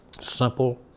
Simple